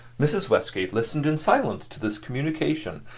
mrs. westgate listened in silence to this communication,